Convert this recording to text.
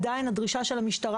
עדיין הדרישה של המשטרה,